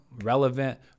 relevant